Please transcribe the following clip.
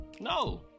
No